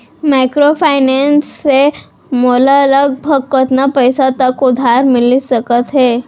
Microfinance से मोला लगभग कतना पइसा तक उधार मिलिस सकत हे?